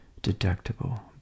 deductible